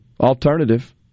alternative